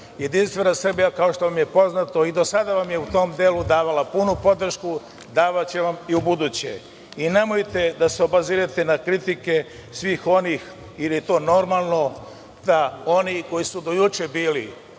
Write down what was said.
itd. Jedinstvena Srbija, kao što vam je poznato, i do sada vam je u tom delu davala punu podršku, davaće vam i ubuduće, i nemojte se obazirati na kritike svih onih ili je to normalno da oni koji su do juče bili